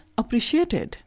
appreciated